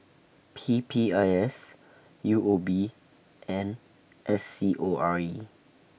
P P I S U O B and S C O R E